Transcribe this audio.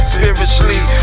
Spiritually